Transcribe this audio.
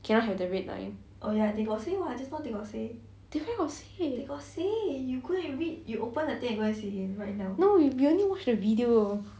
cannot have the red line they where got say no we only watch the video